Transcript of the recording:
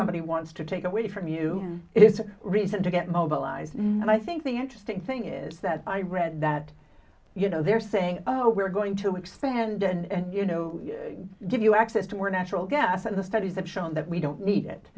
somebody wants to take away from you it's a reason to get mobilized and i think the interesting thing is that i read that you know they're saying oh we're going to expand and you know give you access to more natural gas and the studies have shown that we don't need it